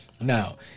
Now